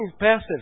passive